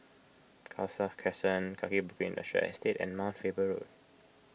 Khalsa Crescent Kaki Bukit Industrial Estate and Mount Faber Road